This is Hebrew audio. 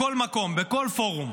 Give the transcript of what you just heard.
בכל במקום, בכל פורום.